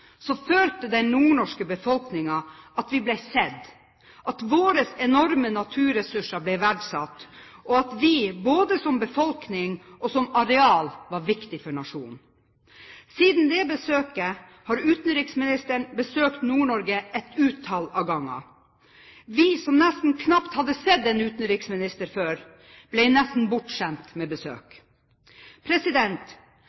følte den nordnorske befolkningen at vi ble sett, at våre enorme naturressurser ble verdsatt, og at vi både som befolkning og som areal var viktige for nasjonen. Siden det besøket har utenriksministeren besøkt Nord-Norge et utall ganger. Vi som knapt hadde sett en utenriksminister før, ble nesten bortskjemt med